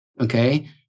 okay